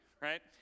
right